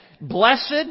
blessed